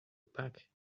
pack